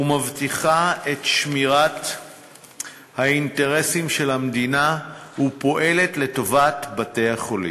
מבטיחה את שמירת האינטרסים של המדינה ופועלת לטובת בתי-החולים.